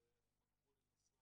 השנים